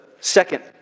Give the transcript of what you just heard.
second